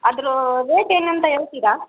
ಅದ್ರ ರೇಟ್ ಏನು ಅಂತ ಹೇಳ್ತೀರಾ